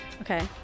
Okay